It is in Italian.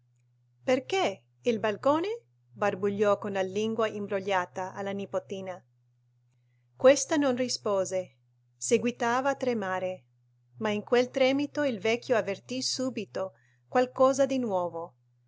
perché il balcone barbugliò con la lingua imbrogliata alla nipotina questa non rispose seguitava a tremare ma in quel tremito il vecchio avvertì subito qualcosa di nuovo